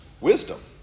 wisdom